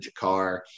Jakar